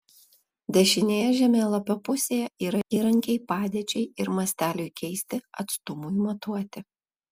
dešinėje žemėlapio pusėje yra įrankiai padėčiai ir masteliui keisti atstumui matuoti